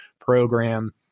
program